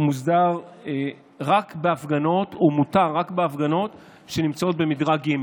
מוסדר רק בהפגנות ומותר רק בהפגנות שנמצאות במדרג ג'.